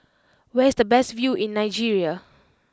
where is the best view in Nigeria